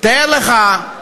תאר לך,